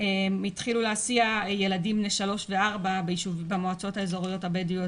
התחילו להסיע ילדים בני 3 ו-4 במועצות האזוריות הבדואיות